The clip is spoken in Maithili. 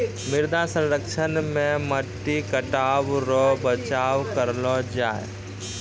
मृदा संरक्षण से मट्टी कटाव रो बचाव करलो जाय